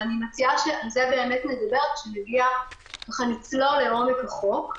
אבל אני מציע שעל זה נדבר כשנגיע לצלול לעומק החוק.